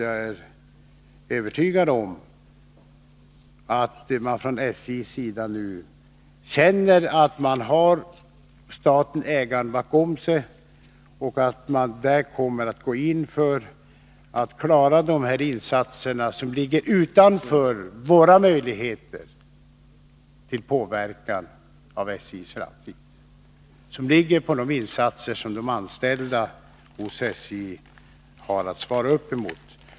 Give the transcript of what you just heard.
Jag är övertygad om att man från SJ:s sida nu känner att man har ägaren staten bakom sig och att man kommer att göra allt för att klara SJ:s framtid.